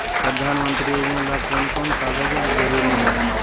प्रधानमंत्री योजना ला कोन कोन कागजात जरूरी है?